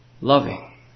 Loving